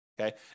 okay